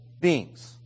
beings